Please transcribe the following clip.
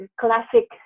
classic